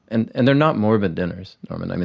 and and they are not morbid dinners, norman,